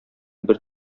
бер